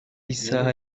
isaha